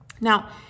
Now